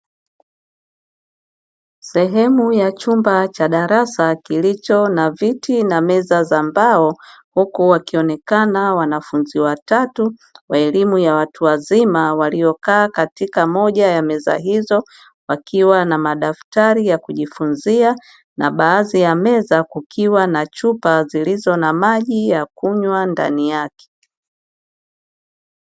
Sehemu ya chumba cha darasa kilicho na viti na meza za mbao huku wakionekana wanafunzi watatu wa elimu ya watu wazima, waliokaa katika moja ya meza hizo wakiwa na madaftari ya kujifunzia na baadhi ya meza kukiwa na chupa zilizo na maji ya kunywa ndani yake.